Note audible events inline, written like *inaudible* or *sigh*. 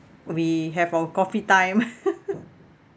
we have our coffee time *laughs*